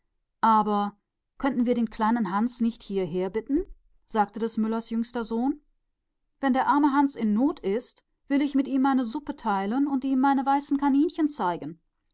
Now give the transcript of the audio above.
aber könnten wir nicht den kleinen hans einmal zu uns heraufbitten fragte des müllers jüngster wenn der arme hans in not ist will ich ihm die hälfte von meiner bohnensuppe geben und ihm meine weißen kaninchen zeigen